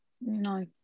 No